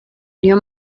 niyo